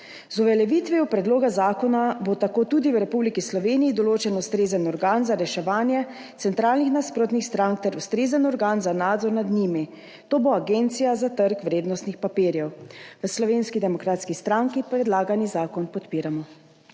Z uveljavitvijo predloga zakona bo tako tudi v Republiki Sloveniji določen ustrezen organ za reševanje centralnih nasprotnih strank ter ustrezen organ za nadzor nad njimi, to bo Agencija za trg vrednostnih papirjev. V Slovenski demokratski stranki predlagani zakon podpiramo.